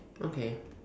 okay